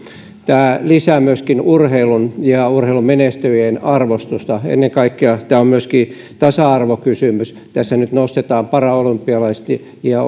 tämä lisää myöskin urheilun ja urheilumenestyjien arvostusta ennen kaikkea tämä on myöskin tasa arvokysymys tässä nyt myöskin nostetaan paralympialaiset ja